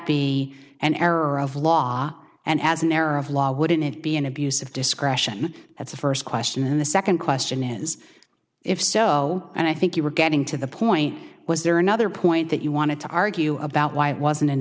be an error of law and as an error of law wouldn't it be an abuse of discretion that's the first question and the second question is if so and i think you were getting to the point was there another point that you wanted to argue about why it wasn't an